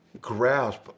grasp